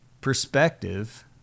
perspective